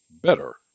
better